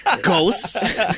Ghosts